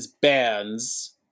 bands